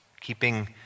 keeping